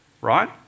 right